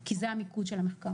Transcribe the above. כי זה המיקוד של המחקר.